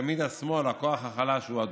ותמיד השמאל, הכוח החלש, הוא הדוחה.